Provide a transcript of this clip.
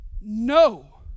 No